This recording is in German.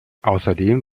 ausserdem